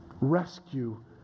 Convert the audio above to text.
rescue